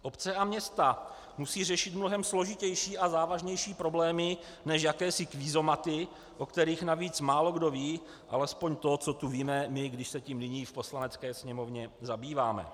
Obce a města musí řešit mnohem složitější a závažnější problémy než jakési kvízomaty, o kterých navíc málokdo ví alespoň to, co tu víme my, když se tím nyní v Poslanecké sněmovně zabýváme.